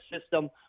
system